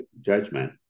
judgment